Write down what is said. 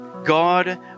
God